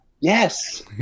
yes